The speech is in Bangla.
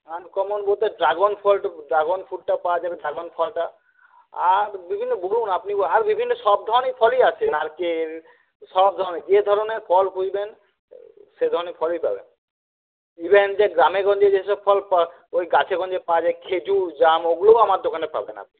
আনকমন বলতে ড্রাগন ফল ড্রাগন ফ্রুটটা পাওয়া যাবে ড্রাগন ফলটা আর বিভিন্ন বলুন আপনি আর বিভিন্ন সব ধরনেরই ফলই আছে নারকেল সব ধরনের যে ধরনের ফল খুঁজবেন সে ধরনের ফলই পাবেন ইভেন যে গ্রামেগঞ্জে যেসব ফল ওই গাছে গঞ্জে পাওয়া যায় খেজুর জাম ওগুলোও আমার দোকানে পাবেন আপনি